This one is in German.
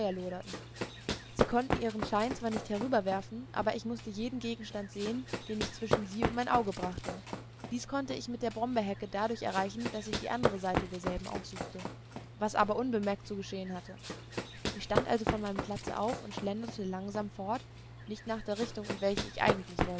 sie konnten ihren schein zwar nicht herüberwerfen aber ich mußte jeden gegenstand sehen den ich zwischen sie und mein auge brachte dies konnte ich mit der brombeerhecke dadurch erreichen daß ich die andere seite derselben aufsuchte was aber unbemerkt zu geschehen hatte ich stand also von meinem platze auf und schlenderte langsam fort nicht nach der richtung in welche ich eigentlich